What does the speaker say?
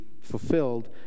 fulfilled